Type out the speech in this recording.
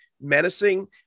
menacing